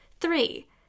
three